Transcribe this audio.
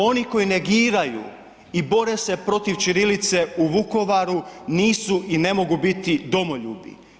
Oni koji negiraju i bore se protiv ćirilice u Vukovaru nisu i ne mogu biti domoljubi.